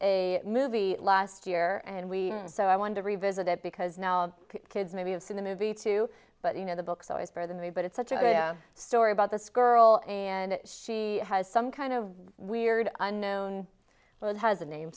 a movie last year and we so i wanted to revisit it because now kids maybe have seen the movie too but you know the books always for the movie but it's such a story about this girl and she has some kind of weird unknown but it has a name